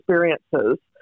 experiences